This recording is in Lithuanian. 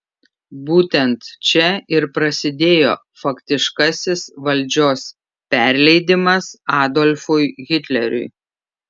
būtent čia ir prasidėjo faktiškasis valdžios perleidimas adolfui hitleriui